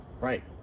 Right